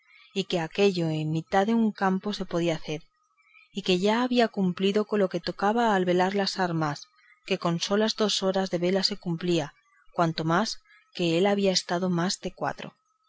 y que aquello en mitad de un campo se podía hacer y que ya había cumplido con lo que tocaba al velar de las armas que con solas dos horas de vela se cumplía cuanto más que él había estado más de cuatro